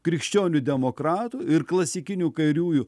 krikščionių demokratų ir klasikinių kairiųjų